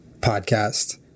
podcast